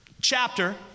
chapter